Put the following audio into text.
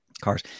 cars